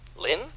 Lynn